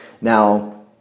Now